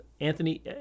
anthony